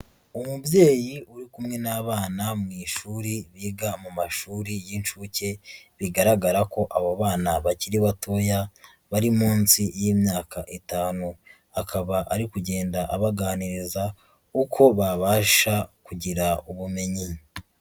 Umubyeyi uri kumwe n'abana mu ishuri biga mu mashuri y'incuke, bigaragara ko abo bana bakiri batoya, bari munsi y'imyaka itanu, akaba ari kugenda abaganiriza uko babasha kugira ubumenyi.